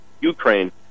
Ukraine